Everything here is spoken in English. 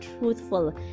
truthful